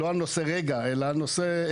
זה לא היה על נושא רגע, אלא על נושא עקרוני.